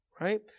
right